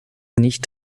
nicht